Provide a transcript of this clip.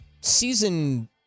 season